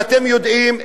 ואתם יודעים,